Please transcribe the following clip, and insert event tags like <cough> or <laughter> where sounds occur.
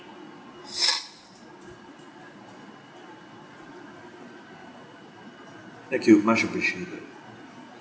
<breath> thank you much appreciated